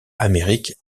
amérique